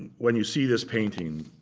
when you see this painting,